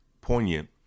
poignant